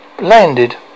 landed